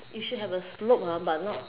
you should have a slope ah but not